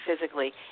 physically